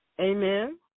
Amen